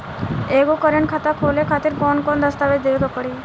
एगो करेंट खाता खोले खातिर कौन कौन दस्तावेज़ देवे के पड़ी?